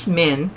men